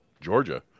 Georgia